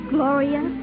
Gloria